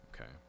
Okay